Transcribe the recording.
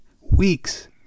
weeks